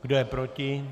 Kdo je proti?